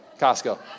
Costco